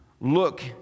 look